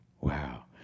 Wow